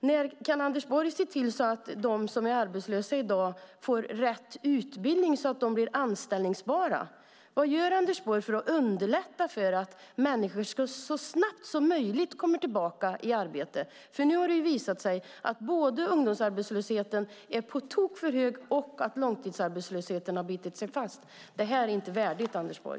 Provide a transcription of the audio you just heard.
När kan Anders Borg se till att de som är arbetslösa i dag får rätt utbildning så att de blir anställbara? Vad gör Anders Borg för att underlätta för människor att så snabbt som möjligt komma tillbaka i arbete? Nu har det visat sig både att ungdomsarbetslösheten är på tok för hög och att långtidsarbetslösheten har bitit sig fast. Det här är inte värdigt, Anders Borg.